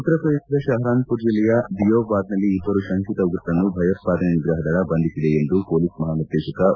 ಉತ್ತರ ಪ್ರದೇಶದ ಶಹರಾನ್ಪುರ ಜಿಲ್ಲೆಯ ದಿಯೋಬಾದ್ನಲ್ಲಿ ಇಬ್ಬರು ಶಂಕಿತ ಉಗ್ರರನ್ನು ಭಯೋತ್ಪಾದನೆ ನಿಗ್ರಹ ದಳ ಬಂಧಿಸಿದೆ ಎಂದು ಪೊಲೀಸ್ ಮಹಾನಿರ್ದೇಶಕ ಒ